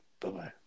Bye-bye